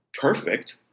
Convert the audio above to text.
perfect